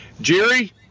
Jerry